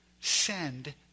send